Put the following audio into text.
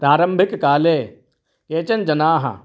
प्रारम्भिककाले केचन जनाः